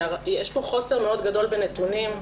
יש פה חוסר גדול מאוד בנתונים.